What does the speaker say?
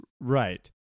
Right